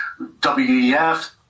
WEF